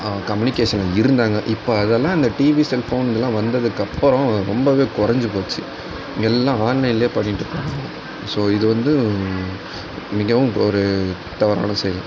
கம்யூனிக்கேஷனில் இருந்தாங்க இப்போ அதெல்லாம் அந்த டிவி செல்போன் அதெல்லாம் வந்ததுக்கு அப்புறம் ரொம்ப குறைஞ்சி போச்சு எல்லாம் ஆன்லைன்லேயே பண்ணிக்கிட்டு போகிறாங்க ஸோ இது வந்து மிகவும் ஒரு தவறான செயல்